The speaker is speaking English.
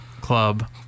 Club